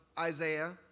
Isaiah